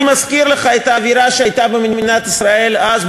אני מזכיר לך את האווירה שהייתה במדינת ישראל אז,